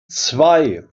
zwei